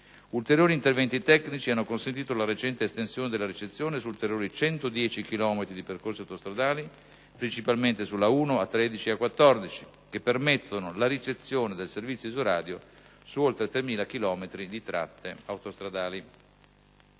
Ulteriori interventi tecnici hanno consentito la recente estensione della ricezione su ulteriori 110 chilometri di percorsi autostradali, principalmente sulla A1, A13 e A14, che permettono la ricezione del servizio Isoradio su oltre 3.000 chilometri di tratte autostradali.